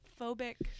phobic